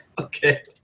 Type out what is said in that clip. Okay